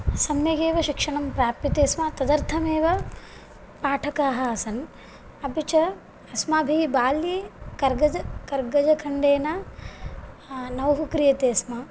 सम्यगेव शिक्षणं प्राप्यते स्म तदर्थम् एव पाठकाः आसन् अपि च अस्माभिः बाल्ये कर्गज कर्गजखण्डेन नौः क्रियते स्म